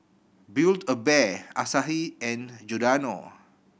Build A Bear Asahi and Giordano